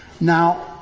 Now